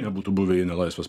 nebūtų buvę jei ne laisvės